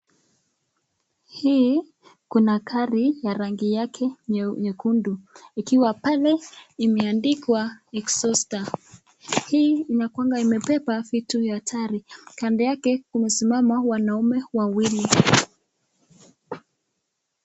Hii kuna gari ya rangi yake nyekundu ikiwa pale imeandikwa Exhauster hii inakuanga imemeba vitu hatari kando yake kumesimama wanaume wawili.